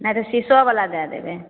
नहि तऽ शीशो बला दै देबै